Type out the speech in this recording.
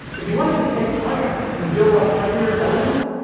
if you wanted to take iron and build up heavier elements,